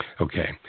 Okay